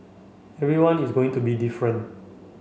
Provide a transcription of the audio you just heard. everyone is going to be different